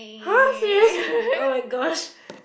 !huh! serious oh-my-gosh